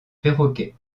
perroquet